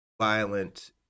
violent